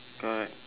correct